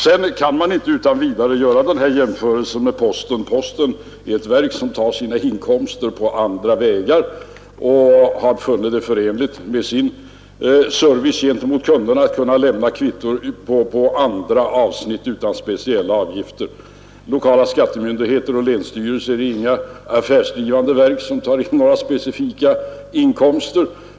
Sedan kan man inte utan vidare göra jämförelser med posten. Den tar sina inkomster på andra vägar och har funnit det förenligt med sin service gentemot kunderna att lämna kvitto på andra avsnitt utan speciella avgifter. Lokala skattemyndigheter och länsstyrelser är inga affärsdrivande verk som tar in några specifika inkomster.